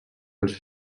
els